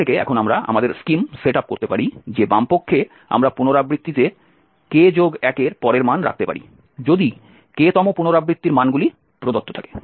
এখান থেকে এখন আমরা আমাদের স্কিম সেট আপ করতে পারি যে বামপক্ষে আমরা পুনরাবৃত্তিতে k1 এর পরের মান রাখতে পারি যদি k তম পুনরাবৃত্তির মানগুলি প্রদত্ত থাকে